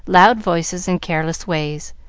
loud voices, and careless ways,